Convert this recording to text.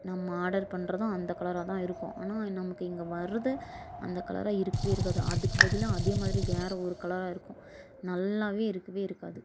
நம்ம ஆர்டர் பண்ணுறதும் அந்த கலராக தான் இருக்கும் ஆனால் நமக்கு இங்கே வர்றது அந்த கலராக இருக்கவே இருக்காது அதுக்கு பதிலாக அதேமாதிரி வேறு ஒரு கலராக இருக்கும் நல்லாவே இருக்கவே இருக்காது